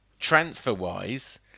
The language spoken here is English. Transfer-wise